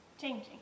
changing